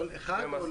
לכל תאגיד ותאגיד?